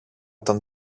τον